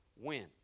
win